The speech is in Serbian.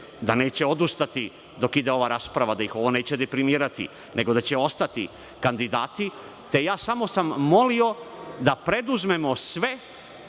da neće odustati dok ide ova rasprava, da ih ovo neće deprimirati, nego da će ostati kandidati. Samo sam molio da preduzmemo sve